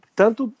tanto